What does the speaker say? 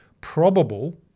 probable